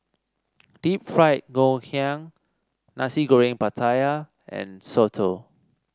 Deep Fried Ngoh Hiang Nasi Goreng Pattaya and soto